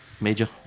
Major